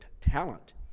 talent